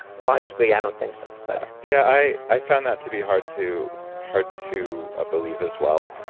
logically i don't think so but yeah, i i found that to be hard to hard to ah believe as well.